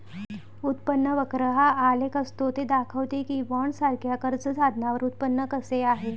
उत्पन्न वक्र हा आलेख असतो ते दाखवते की बॉण्ड्ससारख्या कर्ज साधनांवर उत्पन्न कसे आहे